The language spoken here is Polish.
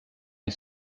nie